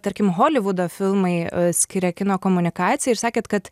tarkim holivudo filmai skiria kino komunikacijai ir sakėt kad